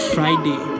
Friday